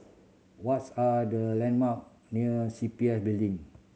what's are the landmark near C P F Building